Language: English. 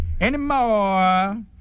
anymore